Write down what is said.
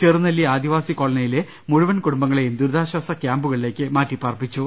ചെറുനെല്ലി ആദിവാസി കോളനിയിലെ മുഴുവൻ കുടുംബങ്ങളെയും ദുരിതാശാസ ക്യാമ്പുകളിലേക്ക് മാറ്റിപ്പാർപ്പിച്ചു